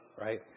Right